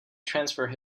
transfer